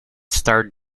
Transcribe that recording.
starred